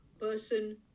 person